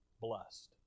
Blessed